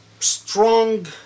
strong